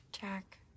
Jack